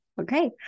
Okay